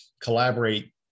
collaborate